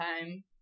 time